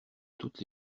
toutes